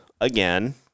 again